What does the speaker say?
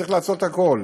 צריך לעשות הכול.